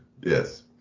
Yes